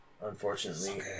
Unfortunately